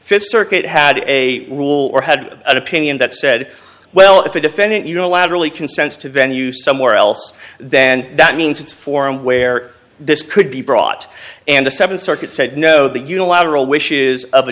fifth circuit had a rule or had an opinion that said well if the defendant you know laterally consents to venue somewhere else then that means it's forum where this could be brought and the seventh circuit said no the unilateral wishes of the